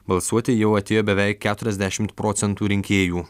balsuoti jau atėjo beveik keturiasdešim procentų rinkėjų